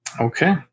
Okay